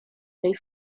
tej